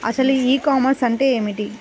అసలు ఈ కామర్స్ అంటే ఏమిటి?